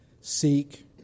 Seek